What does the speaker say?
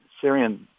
Syrian